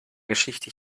geschichte